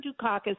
Dukakis